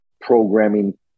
programming